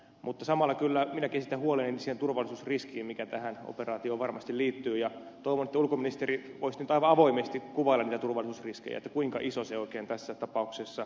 mutta samalla kyllä minäkin esitän huoleni siihen turvallisuusriskiin mikä tähän operaatioon varmasti liittyy ja toivon että ulkoministeri voisi avoimesti kuvailla niitä turvallisuusriskejä kuinka isoja ne tässä tapauksessa ovat